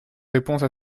réponse